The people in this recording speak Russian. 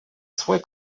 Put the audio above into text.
свой